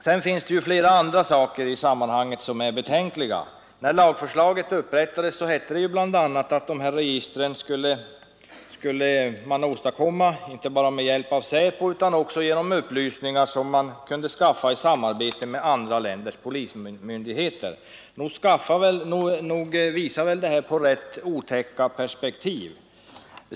Det finns flera andra saker i sammanhanget som är betänkliga. När lagförslaget upprättades hette det bl.a. att registren skulle åstadkommas inte bara med hjälp av Säpo utan också genom upplysningar som man kunde skaffa i samarbete med andra länders polismyndigheter. Nog pekar väl detta mot rätt otäcka perspektiv.